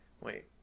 wait